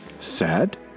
Sad